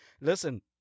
Listen